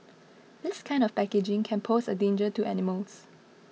this kind of packaging can pose a danger to animals